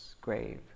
grave